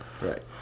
right